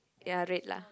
ya red lah